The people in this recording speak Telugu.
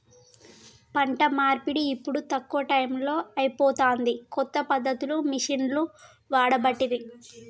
పంట నూర్పిడి ఇప్పుడు తక్కువ టైములో అయిపోతాంది, కొత్త పద్ధతులు మిషిండ్లు వాడబట్టిరి